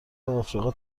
آفریقا